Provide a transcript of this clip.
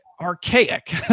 archaic